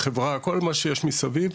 חברה וכל מה שיש מסביב,